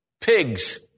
pigs